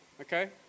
Okay